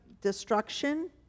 destruction